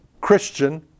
Christian